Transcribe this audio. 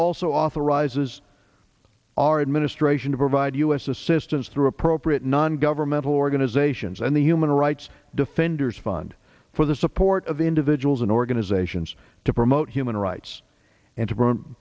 also authorizes our administration to provide us assistance through appropriate non governmental organizations and the human rights defenders fund for the support of the individuals and organizations to promote human rights and to